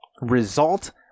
result